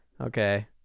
okay